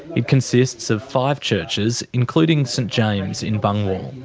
it consists of five churches, including st james in bungwahl.